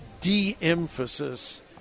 de-emphasis